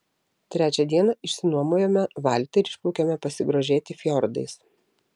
trečią dieną išsinuomojome valtį ir išplaukėme pasigrožėti fjordais